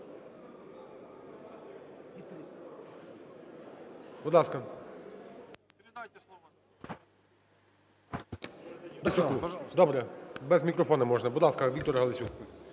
Галасюку. Добре. Без мікрофона можна. Будь ласка, Віктор Галасюк.